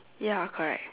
ya correct